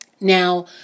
Now